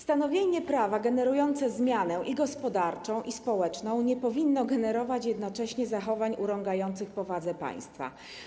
Stanowienie prawa generujące zmianę i gospodarczą, i społeczną nie powinno generować jednocześnie zachowań urągających powadze państwa.